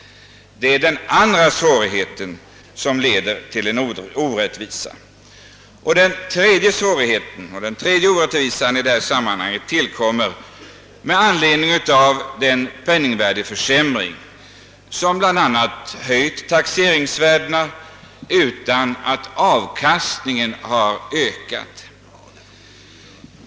Det är den andra svårigheten som leder till orättvisa. Den tredje orättvisan i detta sammanhang tillkommer med anledning av den penningvärdeförsämring som bl.a. höjt taxeringsvärdena utan att avkastningen har ökat.